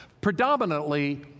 predominantly